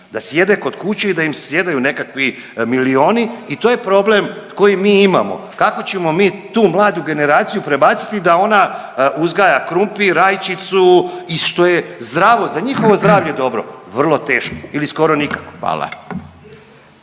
da sjede kod kuće i da im sjedaju nekakvi milijuni i to je problem koji mi imamo. Kako ćemo mi tu mladu generaciju prebaciti da ona uzgaja krumpir, rajčicu i što je zdravo za njihovo zdravlje dobro? Vrlo teško ili skoro nikako.